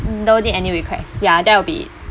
mm don't need any request ya that will be it